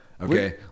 Okay